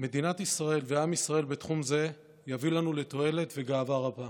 מדינת ישראל ועם ישראל בתחום זה יביאו לנו תועלת וגאווה רבה.